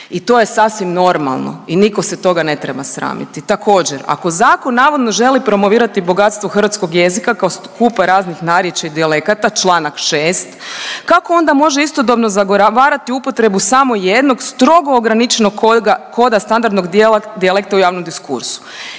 i to je sasvim normalno i nitko se toga ne treba sramiti. Također, ako zakon navodno želi promovirati bogatstvo hrvatskog jezika kao skupa raznih narječja i dijalekata, čl. 6, kako onda možda istodobno zagovarati upotrebu samo jednog, strogo ograničenog koda standardnog dijalekta u javnom diskursu?